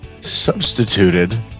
substituted